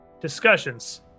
discussions